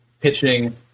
pitching